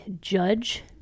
judge